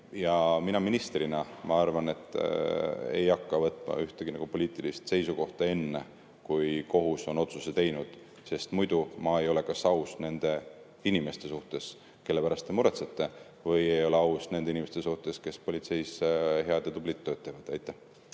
Mina ministrina arvan, et ma ei hakka võtma ühtegi poliitilist seisukohta enne, kui kohus on otsuse teinud. Muidu ma ei ole aus nende inimeste vastu, kelle pärast te muretsete, ega ka nende inimeste vastu, kes politseis head ja tublit tööd teevad. Aitäh,